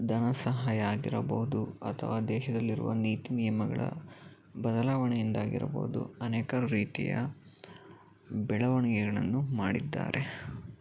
ಧನ ಸಹಾಯ ಆಗಿರಬಹುದು ಅಥವಾ ದೇಶದಲ್ಲಿರುವ ನೀತಿ ನಿಯಮಗಳ ಬದಲಾವಣೆಯಿಂದಾಗಿರಬಹುದು ಅನೇಕಾರು ರೀತಿಯ ಬೆಳವಣಿಗೆಗಳನ್ನು ಮಾಡಿದ್ದಾರೆ